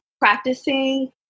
practicing